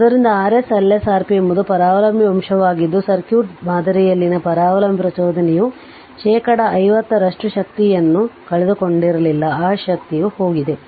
ಆದ್ದರಿಂದ Rs Ls Rp ಎಂಬುದು ಪರಾವಲಂಬಿ ಅಂಶವಾಗಿದ್ದು ಸರ್ಕ್ಯೂಟ್ ಮಾದರಿಯಲ್ಲಿನ ಪರಾವಲಂಬಿ ಪ್ರಚೋದನೆಯು ಶೇಕಡಾ 50 ರಷ್ಟು ಶಕ್ತಿಯನ್ನು ಕಳೆದುಕೊಂಡಿರಲಿಲ್ಲ ಆ ಶಕ್ತಿಯು ಹೋಗಿದೆ